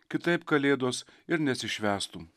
kitaip kalėdos ir nesišvęstum